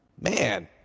Man